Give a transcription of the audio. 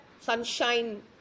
sunshine